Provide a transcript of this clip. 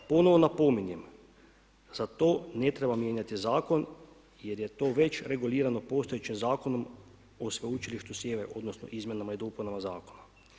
Ponovo napominjem, za to ne treba mijenjati zakon jer je to već regulirano postojećim zakonom o Sveučilištu Sjever, odnosno izmjenama i dopunama zakona.